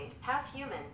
half-human